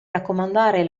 raccomandare